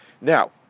Now